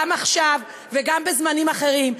גם עכשיו, וגם בזמנים אחרים.